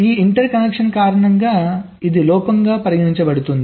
ఈ interconnection కారణంగా ఇది లోపంగా పరిగణించబడుతుంది